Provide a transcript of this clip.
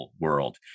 world